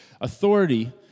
Authority